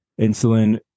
Insulin